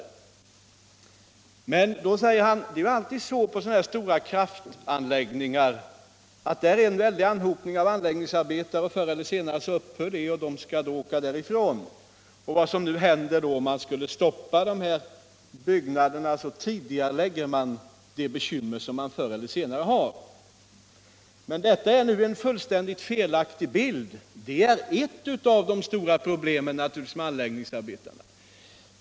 Då säger statsrådet: Ja, det är alltid en väldig anhopning av anläggningsarbetare på de stora kraftbyggena, men förr eller senare så upphör arbetet och arbetarna får åka därifrån — och om byggena stoppas så tidigareläggs de bekymmer som förr eller senare kommer fram. Det är naturligtvis ert av de stora problemen för anläggningsarbetare.